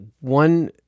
one